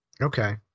okay